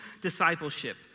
discipleship